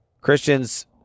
Christians